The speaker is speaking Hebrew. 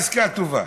עסקה טובה,